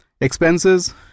expenses